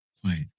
Quiet